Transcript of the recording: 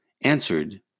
answered